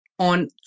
On